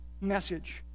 message